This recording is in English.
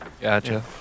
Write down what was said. Gotcha